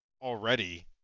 already